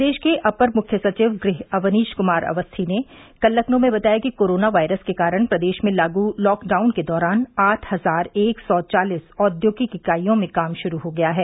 प्रदेश के अपर मुख्य सचिव गृह अवनीश कुमार अवस्थी ने कल लखनऊ में बताया कि कोरोना वायरस के कारण प्रदेश में लागू लॉकडाउन के दौरान आठ हजार एक सौ चालीस औद्योगिक इकाइयों में काम शुरू हो गया है